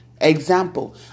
Example